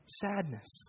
sadness